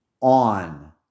on